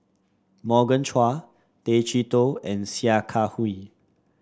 Morgan Chua Tay Chee Toh and Sia Kah Hui